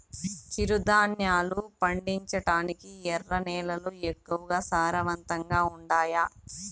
చిరుధాన్యాలు పండించటానికి ఎర్ర నేలలు ఎక్కువగా సారవంతంగా ఉండాయా